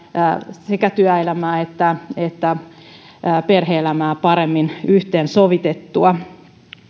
sekä saada työelämää ja perhe elämää paremmin yhteensovitettua